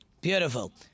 Beautiful